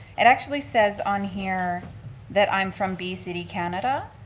it actually says on here that i'm from bee city canada.